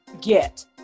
get